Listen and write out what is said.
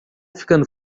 ficando